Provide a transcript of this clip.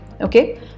okay